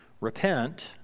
Repent